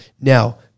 now